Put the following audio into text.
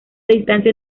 distancia